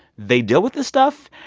they deal with this stuff,